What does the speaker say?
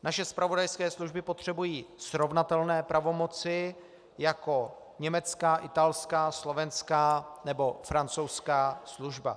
Naše zpravodajské služby potřebují srovnatelné pravomoci jako německá, italská, slovenská nebo francouzská služba.